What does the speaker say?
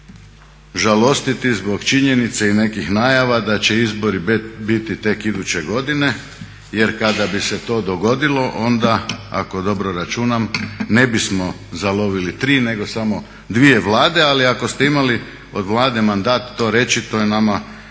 moramo žalostiti zbog činjenice i nekih najava da će izbori biti tek iduće godine, jer kada bi se to dogodilo onda ako dobro računam ne bismo zalovili tri nego samo dvije Vlade. Ali ako ste imali od Vlade mandat to reći to je nama